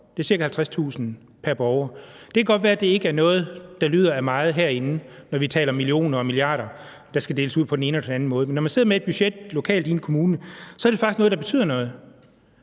det er ca. 50.000 kr. pr. borger. Det kan godt være, at det ikke er noget, der lyder af meget herinde, når vi taler om millioner og milliarder, der skal deles ud på den ene eller den anden måde, men når man sidder med et budget lokalt i en kommune, er det faktisk noget, der betyder noget.